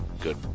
Good